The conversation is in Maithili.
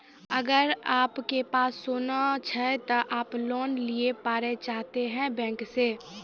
अगर आप के सोना छै ते आप लोन लिए पारे चाहते हैं बैंक से?